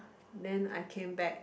then I came back